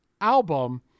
album